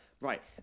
Right